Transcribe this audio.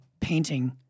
painting